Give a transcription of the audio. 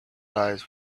eyes